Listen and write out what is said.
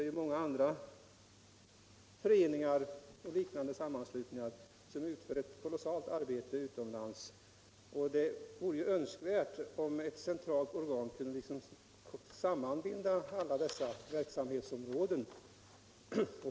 Också många andra föreningar och sammanslutningar utför ett värdefullt arbete utomlands. Det vore önskvärt med ett centralt organ, som kunde sammanbinda alla dessa verksamhetsområden.